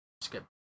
skip